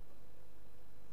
אני רוצה להדגיש את זה,